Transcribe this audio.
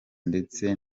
ndetse